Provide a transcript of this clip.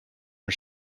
are